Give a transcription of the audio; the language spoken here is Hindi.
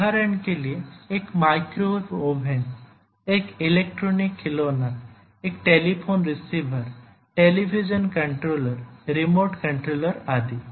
उदाहरण के लिए एक माइक्रोवेव ओवन एक इलेक्ट्रॉनिक खिलौना एक telephone receiver television controller remote controller आदि